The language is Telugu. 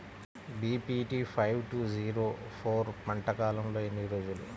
BPT five two zero four పంట కాలంలో ఎన్ని రోజులు?